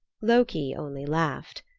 loki only laughed.